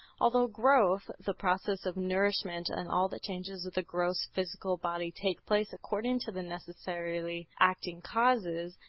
although growth, the process of nourishment and all the changes of the gross physical body take place according to the necessarily acting causes,